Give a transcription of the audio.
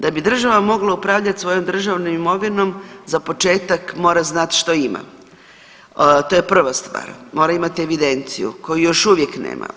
Da bio država mogla upravljati svojom državnom imovinom za početak mora znat što ima, to je prva stvar, mora imati evidenciju koju još uvijek nema.